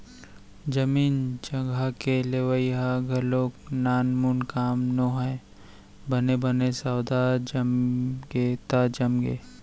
जमीन जघा के लेवई ह घलोक नानमून काम नोहय बने बने सौदा जमगे त जमगे